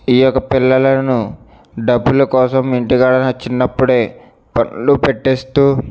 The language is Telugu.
ఈ యొక్క పిల్లలను డబ్బుల కోసం ఇంటికాడ చిన్నప్పుడే పనిలో పెడుతు